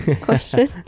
question